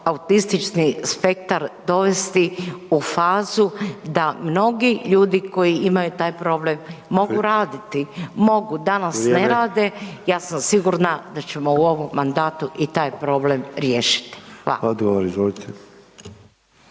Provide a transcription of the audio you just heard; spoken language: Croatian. autistični spektar dovesti u fazu da mnogi ljudi koji imaju taj problem mogu raditi, mogu, danas ne rade …/Upadica: Vrijeme/…ja sam sigurna da ćemo u ovom mandatu i taj problem riješiti. Hvala.